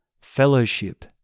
fellowship